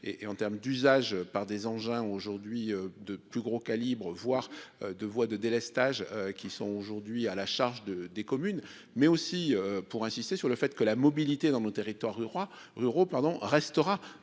et en terme d'usage par des engins aujourd'hui de plus gros calibre, voire de voies de délestage qui sont aujourd'hui à la charge de des communes, mais aussi pour insister sur le fait que la mobilité dans nos territoires du roi